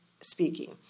speaking